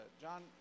John